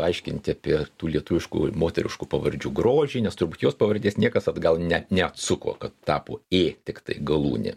aiškinti apie tų lietuviškų moteriškų pavardžių grožį nes turbūt jos pavardės niekas atgal ne neatsuko kad tapo ė tiktai galūnė